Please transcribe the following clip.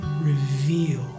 reveal